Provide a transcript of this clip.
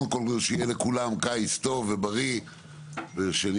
קודם כל שיהיה לכולם קיץ טוב ובריא ושנזכה